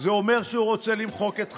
זה אומר שהוא רוצה למחוק את חווארה.